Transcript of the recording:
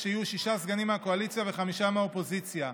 שיהיו שישה סגנים מהקואליציה וחמישה מהאופוזיציה.